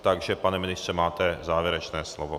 Takže pane ministře, máte závěrečné slovo.